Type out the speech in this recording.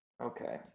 Okay